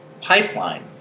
pipeline